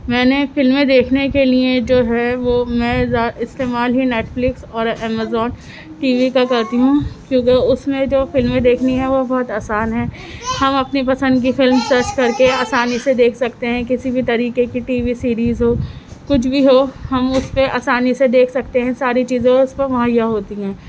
میں نے فلمیں دیکھنے کے لئے جو ہے وہ میں استعمال ہی نیٹفلکس اور امیزون ٹی وی کا کرتی ہوں کیونکہ اُس میں جو فلمیں دیکھنی ہے وہ بہت آسان ہے ہم اپنی پسند کی فلم سرچ کر کے آسانی سے دیکھ سکتے ہیں کسی بھی طریقے کہ ٹی وی سیریز ہو کچھ بھی ہو ہم اُس پہ آسانی سے دیکھ سکتے ہیں ساری چیزیں اُس پر مہیّا ہوتی ہیں